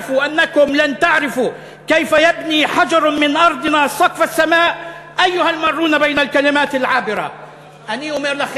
שִלְפוּ שעותיכם מזמננו והסתלקו/ גנבו מה שתרצו מתכול הים ומחולות